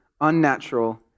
unnatural